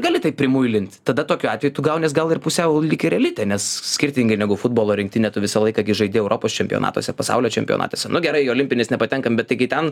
gali taip primuilint tada tokiu atveju tu gaunies gal ir pusiau lyg ir elite nes skirtingai negu futbolo rinktinė tu visą laiką žaidi europos čempionatuose pasaulio čempionatuose nu gerai olimpines nepatenkam bet taigi ten